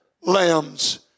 lambs